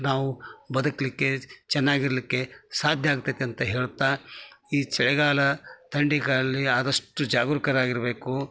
ನಾವು ಬದುಕಲಿಕ್ಕೆ ಚೆನ್ನಾಗಿರಲಿಕ್ಕೆ ಸಾಧ್ಯ ಆಗ್ತೈತಿ ಅಂತ ಹೇಳ್ತಾ ಈ ಚಳಿಗಾಲ ತಂಡಿಕಾಲಿ ಆದಷ್ಟು ಜಾಗರೂಕರಾಗಿರಬೇಕು